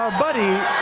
ah buddy.